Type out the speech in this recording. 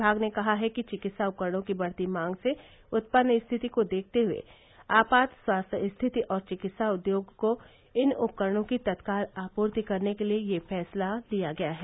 विभाग ने कहा है कि चिकित्सा उपकरणों की बढ़ती मांग से उत्पन्न स्थिति को देखते हुए आपात स्वास्थ्य स्थिति और चिकित्सा उद्योग को इन उपकरणों की तत्काल आपूर्ति करने के लिए यह फैसला लिया गया है